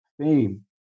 fame